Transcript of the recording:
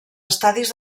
estadis